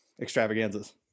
extravaganzas